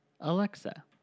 Alexa